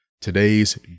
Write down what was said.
Today's